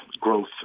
growth